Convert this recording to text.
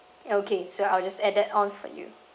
okay so I'll just add that on for you